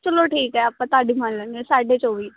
ਚਲੋ ਠੀਕ ਆ ਆਪਾਂ ਤੁਹਾਡੀ ਮਨ ਲੈਣੇ ਹਾਂ ਸਾਢੇ ਚੌਵੀ